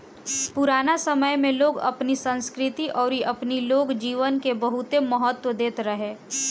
पुराना समय में लोग अपनी संस्कृति अउरी अपनी लोक जीवन के बहुते महत्व देत रहे